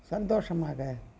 சந்தோஷமாக